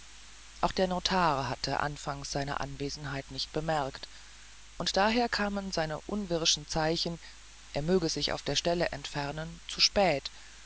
auch der notar hatte anfangs seine anwesenheit nicht bemerkt und daher kamen seine unwirschen zeichen er möge sich auf der stelle entfernen zu spät